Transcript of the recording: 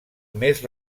més